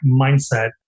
mindset